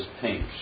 pink